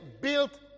built